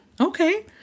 Okay